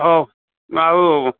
ହଉ ଆଉ